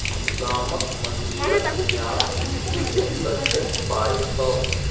गामक मंदिरक न्यास निधिमे कतेक पाय छौ